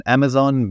Amazon